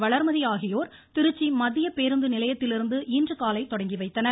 வளர்மதி ஆகியோர் திருச்சி மத்திய பேருந்துநிலையத்திலிருந்து இன்றுகாலை தொடங்கி வைத்தனர்